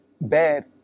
bad